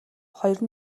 хоёр